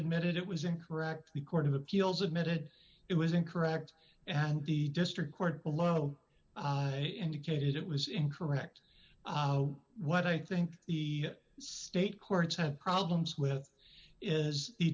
admitted it was incorrect the court of appeals admitted it was incorrect and the district court below indicated it was incorrect what i think the state courts have problems with is the